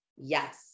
Yes